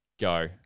Go